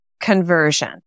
conversion